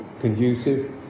conducive